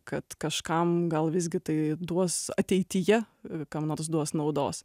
kad kažkam gal visgi tai duos ateityje kam nors duos naudos